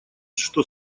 что